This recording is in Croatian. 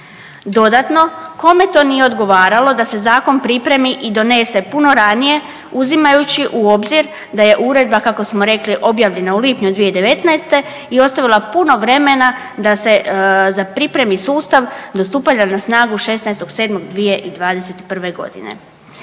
Dodatno kome to nije odgovaralo da se Zakon pripremi i donese puno ranije uzimajući u obzir da je Uredba kako smo rekli objavljena u lipnju 2019. i ostavila puno vremena da se za pripremi sustav do stupanja na snagu 16.07.2021.godine.